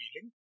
feeling